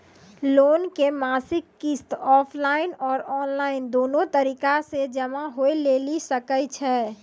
Loan के मासिक किस्त ऑफलाइन और ऑनलाइन दोनो तरीका से जमा होय लेली सकै छै?